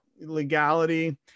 legality